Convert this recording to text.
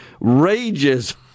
rages